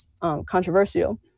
controversial